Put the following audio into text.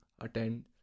attend